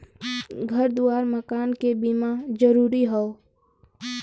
घर दुआर मकान के बीमा जरूरी हौ